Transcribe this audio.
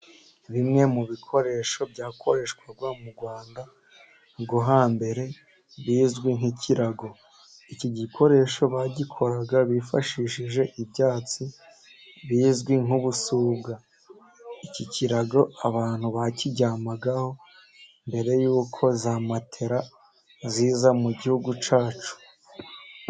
Bimwe mu bikoresho byakoreshwaga mu Rwanda rwo hambere bizwi nk'ikirago. Iki gikoresho bagikoraga bifashishije ibyatsi bizwi nk'ubusuga, iki kirago abantu bakiryamagaho mbere yuko za matela ziza mu gihugu cyacu.